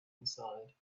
inside